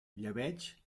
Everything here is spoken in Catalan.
llebeig